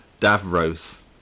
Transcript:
Davros